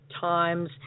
times